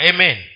Amen